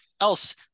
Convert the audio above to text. else